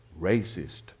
racist